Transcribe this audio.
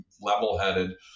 level-headed